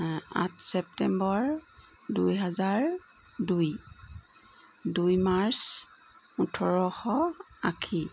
আঠ ছেপ্টেম্বৰ দুই হেজাৰ দুই দুই মাৰ্চ ওঠৰশ আশী